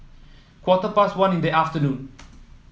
quarter past one in the afternoon